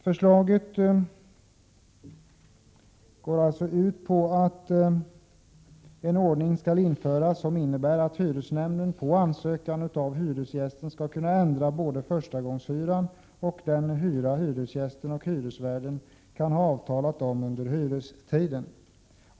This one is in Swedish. Förslaget går ut på att en ordning skall införas som innebär att hyresnämnden på ansökan av hyresgästen skall kunna ändra både förstagångshyran och den hyra hyresgästen och hyresvärden kan ha avtalat om under hyrestiden.